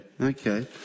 okay